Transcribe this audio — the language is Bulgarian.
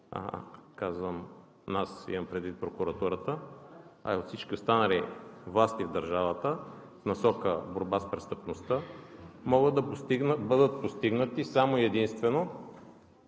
казвам нас, имам предвид прокуратурата, а и от всички останали власти в държавата в насока борба с престъпността, могат да бъдат постигнати само и единствено